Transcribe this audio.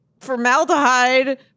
formaldehyde